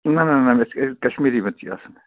نہَ نہَ نہَ مےٚ چھُ کشمیٖری مِرچی اصٕل